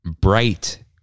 bright